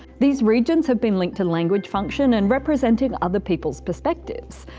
these regions have been linked to language function and representing other people's perspectives.